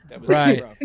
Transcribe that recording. Right